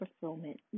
fulfillment